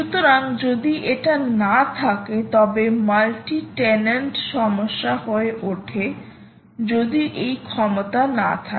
সুতরাং যদি এটি না থাকে তবে মাল্টি টেন্যান্ট সমস্যা হয়ে ওঠে যদি এই ক্ষমতা না থাকে